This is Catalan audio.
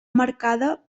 marcada